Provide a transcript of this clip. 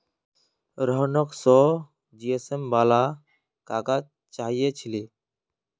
रोहनक सौ जीएसएम वाला काग़ज़ चाहिए छिले